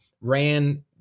ran